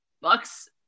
bucks